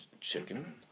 chicken